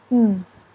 mm